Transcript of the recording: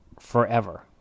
forever